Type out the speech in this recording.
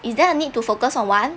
is there a need to focus on one